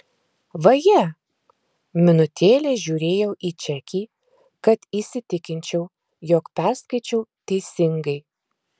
vaje minutėlę žiūrėjau į čekį kad įsitikinčiau jog perskaičiau teisingai